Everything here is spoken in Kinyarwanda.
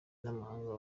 n’amahanga